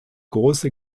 große